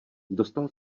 dostal